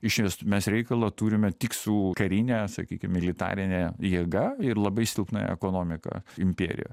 išvis mes reikalą turime tik su karine sakykim militarine jėga ir labai silpna ekonomika imperija